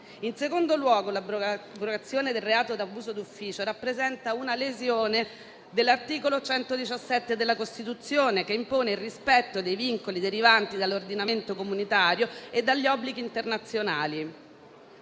In secondo luogo, l'abrogazione del reato d'abuso d'ufficio rappresenta una lesione dell'articolo 117 della Costituzione, che impone il rispetto dei vincoli derivanti dall'ordinamento comunitario e dagli obblighi internazionali.